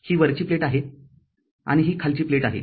ही वरची प्लेट आहे आणि ही खालची प्लेट आहे